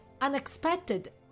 unexpected